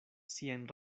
siajn